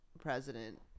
president